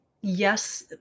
yes